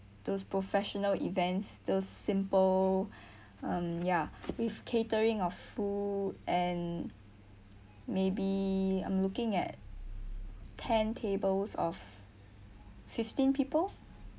those professional events those simple mm ya with catering of food and maybe I'm looking at ten tables of fifteen people